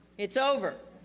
it's over,